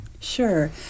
Sure